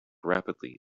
rapidly